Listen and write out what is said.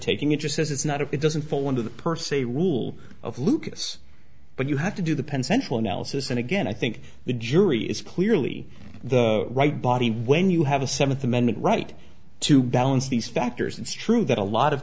taking interest as it's not if it doesn't fall into the per se rule of lucas but you have to do the pen central analysis and again i think the jury is clearly the right body when you have a seventh amendment right to balance these factors and strew that a lot of